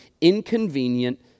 inconvenient